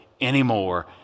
anymore